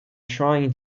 trying